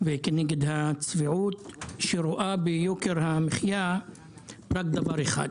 וכנגד הצביעות שרואה ביוקר המחיה רק דבר אחד,